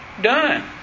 done